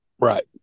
Right